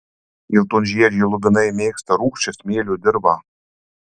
geltonžiedžiai lubinai mėgsta rūgščią smėlio dirvą